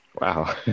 Wow